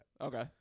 Okay